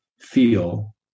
feel